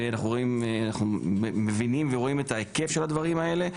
ואנחנו מבינים ורואים את ההיקף של הדברים האלה.